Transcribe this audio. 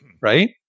right